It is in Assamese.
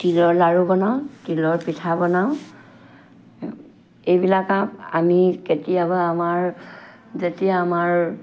তিলৰ লাড়ু বনাওঁ তিলৰ পিঠা বনাওঁ এইবিলাক কাম আমি কেতিয়াবা আমাৰ যেতিয়া আমাৰ